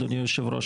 אדוני יושב הראש,